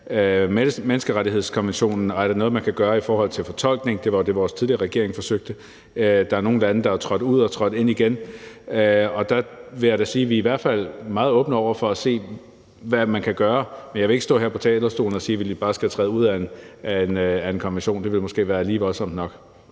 menneskerettighedskonventionen for at se, om der er noget, man kan gøre i forhold til fortolkningen af den. Det var også det, den tidligere regering forsøgte. Der er nogle lande, der er trådt ud af den og trådt ind igen. Der vil jeg da sige, at vi i hvert fald er meget åbne over for at se på, hvad man kan gøre, men jeg vil ikke stå her på talerstolen og sige, at vi bare skal træde ud af en konvention. Det vil måske være lige voldsomt nok.